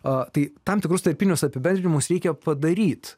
o tai tam tikrus tarpinius apibendrinimus reikia padaryti